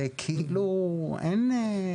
כאילו אין פה.